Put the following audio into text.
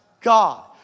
God